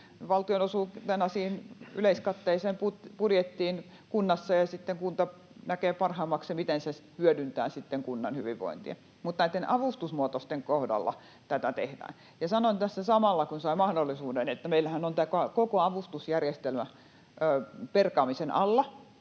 valtionosuutena yleiskatteiseen budjettiin kunnassa, ja sitten kunta näkee, miten se hyödyntää parhaiten kunnan hyvinvointia. Mutta näiden avustusmuotoisten kohdalla tätä tehdään. Sanon tässä samalla, kun sain mahdollisuuden, että meillähän on tämä koko avustusjärjestelmä perkaamisen alla,